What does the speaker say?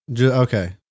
Okay